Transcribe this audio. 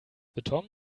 beton